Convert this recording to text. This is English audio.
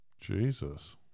Jesus